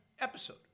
episode